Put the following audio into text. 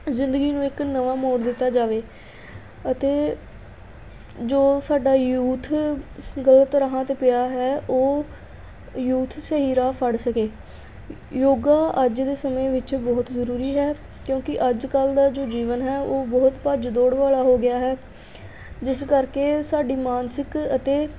ਜਿੰਦਗੀ ਨੂੰ ਇੱਕ ਨਵਾਂ ਮੋੜ ਦਿੱਤਾ ਜਾਵੇ ਅਤੇ ਜੋ ਸਾਡਾ ਯੂਥ ਗਲਤ ਰਾਹਾਂ 'ਤੇ ਪਿਆ ਹੈ ਉਹ ਯੂਥ ਸਹੀ ਰਾਹ ਫੜ ਸਕੇ ਯੋਗਾ ਅੱਜ ਦੇ ਸਮੇਂ ਵਿੱਚ ਬਹੁਤ ਜ਼ਰੂਰੀ ਹੈ ਕਿਉਂਕਿ ਅੱਜ ਕੱਲ੍ਹ ਦਾ ਜੋ ਜੀਵਨ ਹੈ ਉਹ ਬਹੁਤ ਭੱਜ ਦੌੜ ਵਾਲਾ ਹੋ ਗਿਆ ਹੈ ਜਿਸ ਕਰਕੇ ਸਾਡੀ ਮਾਨਸਿਕ ਅਤੇ